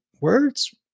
words